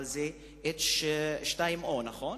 אבל H2O, מים,